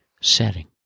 Setting